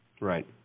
Right